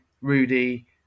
Rudy